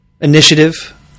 initiative